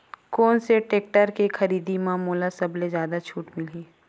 कोन से टेक्टर के खरीदी म मोला सबले जादा छुट मिलही?